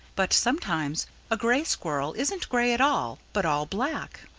but sometimes a gray squirrel isn't gray at all, but all black.